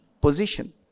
position